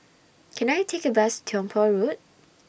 Can I Take A Bus Tiong Poh Road